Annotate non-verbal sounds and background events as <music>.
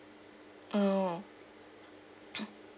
orh <noise>